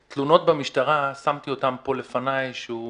שהתלונות במשטרה, שמתי אותן פה לפניי, שהוא ספג,